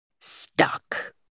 stuck